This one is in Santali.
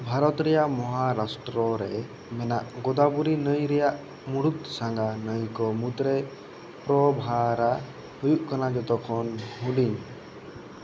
ᱵᱷᱟᱨᱚᱛ ᱨᱮᱭᱟᱜ ᱢᱚᱦᱟᱨᱟᱥᱴᱨᱚ ᱨᱮ ᱢᱮᱱᱟᱜ ᱜᱳᱫᱟᱵᱚᱨᱤ ᱱᱟᱹᱭ ᱨᱮᱭᱟᱜ ᱢᱩᱲᱩᱫ ᱥᱟᱸᱜᱟ ᱱᱟᱹᱭ ᱠᱚ ᱢᱩᱫᱽᱨᱮ ᱯᱨᱚᱵᱷᱟᱨᱟ ᱦᱩᱭᱩᱜ ᱠᱟᱱᱟ ᱡᱚᱛᱚᱠᱷᱚᱱ ᱦᱩᱰᱤᱧ